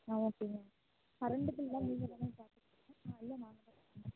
ஆ ஓகேங்க கரண்டு பில்லெலாம் நீங்கள்தானங்க கட்டணும் இல்லை நாங்கள் தான் கட்டணுமா